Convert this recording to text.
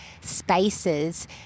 spaces